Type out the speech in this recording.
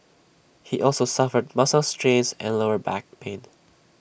he also suffered muscle strains and lower back pain